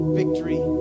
victory